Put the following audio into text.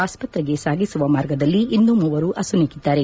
ಆಸ್ಪತ್ತೆಗೆ ಸಾಗಿಸುವ ಮಾರ್ಗದಲ್ಲಿ ಇನ್ನೂ ಮೂವರು ಅಸುನೀಗಿದ್ದಾರೆ